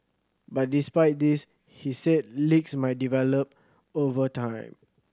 but despite this he said leaks might develop over time